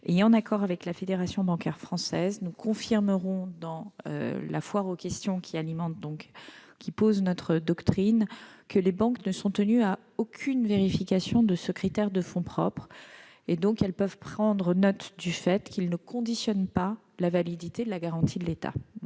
et en accord avec la Fédération bancaire française, nous confirmerons, dans la foire aux questions qui pose notre doctrine, que les banques ne sont tenues à aucune vérification concernant ce critère de fonds propres. Elles peuvent donc prendre note du fait qu'il ne conditionne pas la validité de la garantie de l'État.